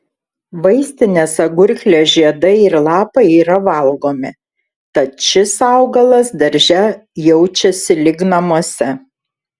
vaistinės agurklės žiedai ir lapai yra valgomi tad šis augalas darže jaučiasi lyg namuose